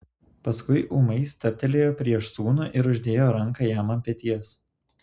paskui ūmai stabtelėjo prieš sūnų ir uždėjo ranką jam ant peties